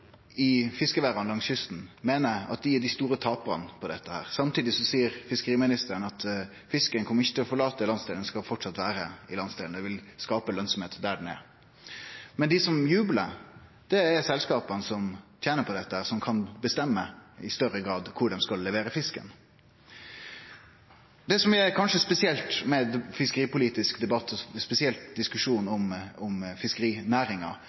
i fiskeværa langs kysten meiner at dei er dei store taparane i dette. Samtidig seier fiskeriministeren at fisken ikkje kjem til å forlate landsdelen, at han framleis skal vere i landsdelen, og at han skal skape lønnsemd der han er. Men dei som jublar, er selskapa som tener på dette, og som i større grad kan bestemme kvar dei skal levere fisken. Det som kanskje er spesielt med fiskeripolitisk debatt, og spesielt diskusjon om fiskerinæringa,